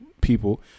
people